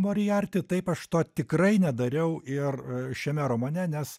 moriarti taip aš to tikrai nedariau ir šiame romane nes